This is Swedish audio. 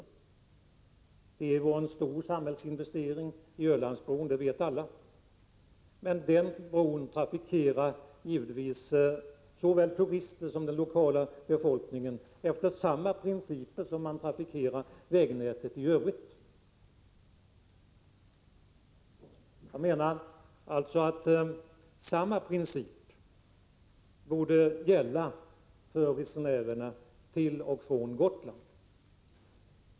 Alla vet att Ölandsbron var en stor samhällsinvestering, och den bron trafikeras av både turister och lokalbefolkning efter samma principer som man trafikerar vägnätet i övrigt. Jag menar alltså att samma princip borde gälla för resenärerna till och från Gotland.